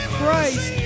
Christ